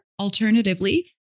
alternatively